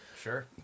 Sure